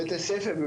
בית הספר,